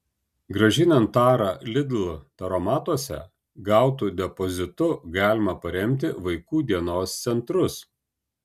grąžinant tarą lidl taromatuose gautu depozitu galima paremti vaikų dienos centrus